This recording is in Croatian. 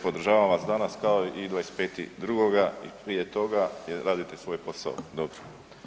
Podržavam vas danas kao i 25.2. i prije toga jer radite svoj posao dobro.